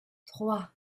trois